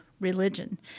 religion